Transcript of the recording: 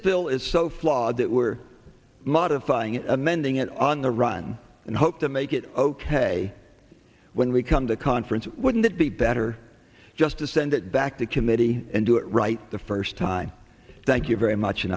bill is so flawed that we're modifying amending it on the run and hope to make it ok when we come to conference wouldn't it be better just to send it back to committee and do it right the first time thank you very much